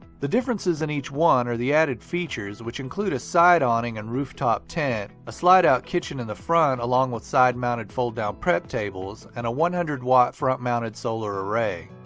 the differences in each one are the added features, which include a side awning and rooftop tent, a slide out kitchen in the front along with side-mounted fold out prep tables, and a one hundred watt front mounted solar array.